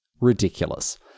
ridiculous